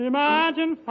Imagine